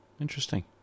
Interesting